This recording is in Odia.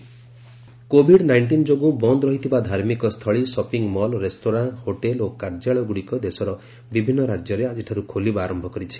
first phase unlocking COVID nineteen ଯୋଗୁଁ ବନ୍ଦ ରହିଥିବା ଧାର୍ମିକ ସ୍ଥଳୀ ସଫିଂମଲ୍ ରେସ୍ତୋରାଁ ହୋଟେଲ୍ ଓ କାର୍ଯ୍ୟାଳୟଗୁଡ଼ିକ ଦେଶର ବିଭିନ୍ନ ରାଜ୍ୟରେ ଆକିଠାରୁ ଖୋଲିବା ଆରମ୍ଭ କରିଛି